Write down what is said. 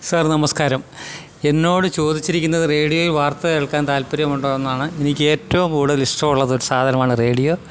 sir നമസ്കാരം എന്നോട് ചോദിച്ചിരിക്കുന്നത് റേഡിയോയിൽ വാർത്ത കേൾക്കാൻ താല്പര്യമുണ്ടോ എന്നാണ് എനിക്കേറ്റവും കൂടുതൽ ഇഷ്ടമുള്ളത് ഒരു സാധനമാണ് റേഡിയോ